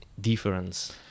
difference